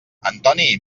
antoni